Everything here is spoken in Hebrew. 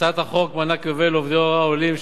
הצעת חוק מענק יובל לעובדי הוראה עולים,